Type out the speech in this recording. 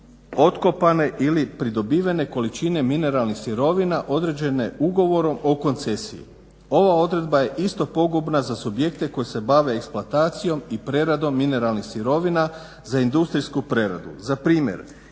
otkopane ili pridobivene količine mineralnih sirovina određene ugovorom o koncesiji. Ova odredba je isto pogubna za subjekte koji se bave eksploatacijom i preradom mineralnih sirovina za industrijsku preradu. Za primjer,